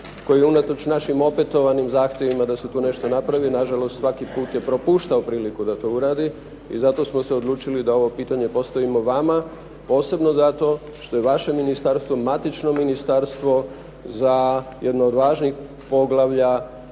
koji unatoč našim opetovanim zahtjevima da se tu nešto napravi, nažalost svaki put je propuštao priliku da to uradi i zato smo se odlučili da ovo pitanje postavimo vama, posebno zato što je vaše ministarstvo matično ministarstvo za jedno od važnih poglavlja